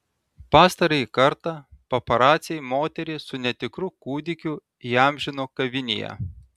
pastarąjį kartą paparaciai moterį su netikru kūdikiu įamžino kavinėje